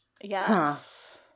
Yes